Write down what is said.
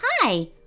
Hi